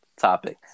topic